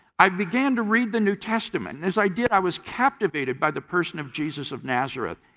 i began to read the new testament and as i did i was captivated by the person of jesus of nazareth.